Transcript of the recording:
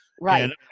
Right